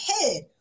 head